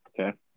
Okay